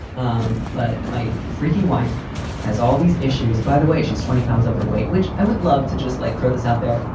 um but my freaky wife has all these issues. by the way, she's twenty pounds overweight, which i would love to just like throw this out there,